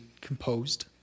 composed